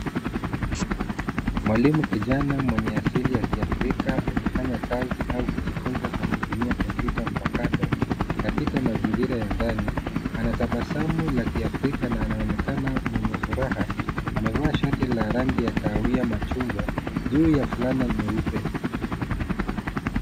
Mwalimu kijana mwenye asili ya kiafrika, akifanya kazi au kujifunza kwa kutumia kompyuta mpakato. Katika mazingira ya ndani, anatabasamu la kiafrika na anaonekana mwenye furaha. Amevaa shati la rangi ya kahawia machungwa, juu ya fulana nyeupe.